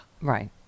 right